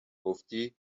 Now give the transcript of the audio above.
گفتی